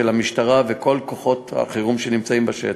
המשטרה וכל כוחות החירום שנמצאים בשטח.